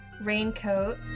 raincoat